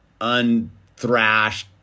unthrashed